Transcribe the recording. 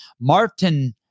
Martin